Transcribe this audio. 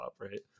right